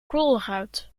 colruyt